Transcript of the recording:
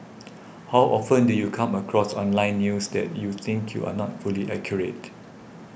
how often do you come across online news that you think you are not fully accurate